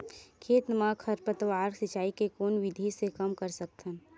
खेत म खरपतवार सिंचाई के कोन विधि से कम कर सकथन?